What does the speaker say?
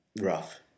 rough